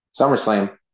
SummerSlam